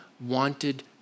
wanted